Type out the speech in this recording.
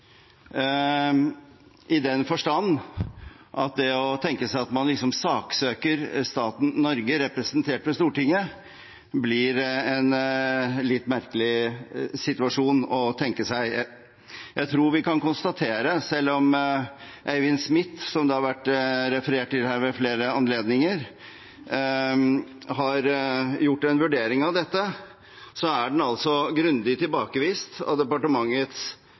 i den forstand at det å tenke seg at man saksøker staten Norge representert ved Stortinget, blir en litt merkelig situasjon. Jeg tror vi kan konstatere at selv om Eivind Smith – som det har vært referert til her ved flere anledninger – har gjort en vurdering av dette, er den grundig tilbakevist av departementets